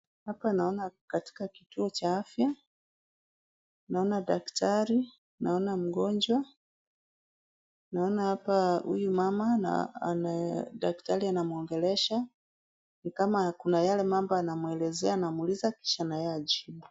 Hapa naona katika kituo cha afya, naona daktari, naona mgonjwa naona hapa huyu mama na daktari anamwongelesha, ni kama kuna yale mambo anamwelezea anamuuliza kisha na yeye ajibu.